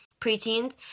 preteens